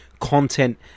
content